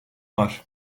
var